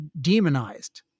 demonized